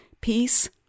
peace